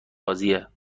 بازیه